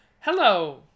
hello